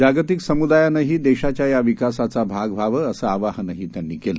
जागतिक समुदायानंही देशाच्या या विकासाचा भाग व्हावं असं आवाहनही त्यांनी केलं